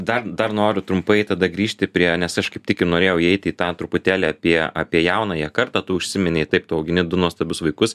dar dar noriu trumpai tada grįžti prie nes aš kaip tik ir norėjau įeiti į tą truputėlį apie apie jaunąją kartą tu užsiminei taip tu augini du nuostabius vaikus